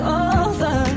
over